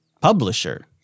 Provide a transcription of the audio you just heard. publisher